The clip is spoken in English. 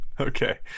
okay